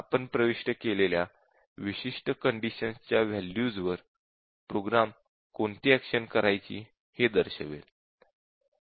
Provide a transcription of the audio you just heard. आपण प्रविष्ट केलेल्या विशिष्ट कंडिशन्स च्या वॅल्यूज वर प्रोग्राम कोणती एक्शन करायची हे दर्शवेल